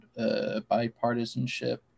bipartisanship